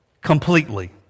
completely